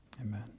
Amen